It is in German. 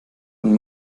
und